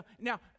Now